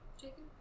Jacob